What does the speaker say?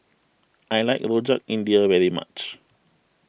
I like Rojak India very much